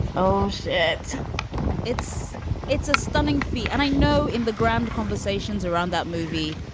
oh, shit it's it's a stunning fee. and i know in the grand conversations around that movie,